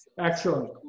Excellent